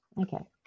Okay